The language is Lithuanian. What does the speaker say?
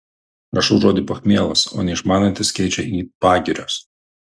rašau žodį pachmielas o neišmanantys keičia į pagirios